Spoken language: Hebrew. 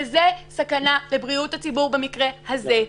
זו סכנה לבריאות הציבור במקרה הזה.